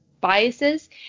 biases